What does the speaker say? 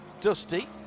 dusty